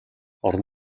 орон